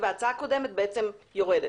ההצעה הקודמת יורדת,